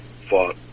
fought